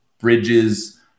bridges